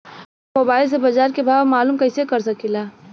हम मोबाइल से बाजार के भाव मालूम कइसे कर सकीला?